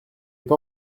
pas